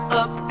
up